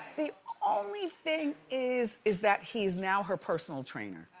the only thing is, is that he's now her personal trainer.